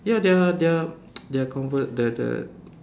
ya they are they are they are conver~ the the